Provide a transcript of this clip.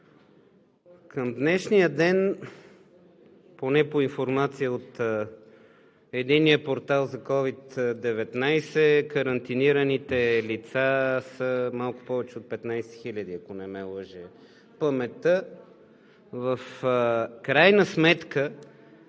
към днешния ден – поне по информация от Единния информационен портал – COVID-19, карантинираните лица са малко повече от 15 хиляди, ако не ме лъже паметта. В крайна сметка